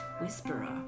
Whisperer